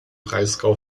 breisgau